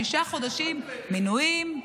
שישה חודשים מינויים,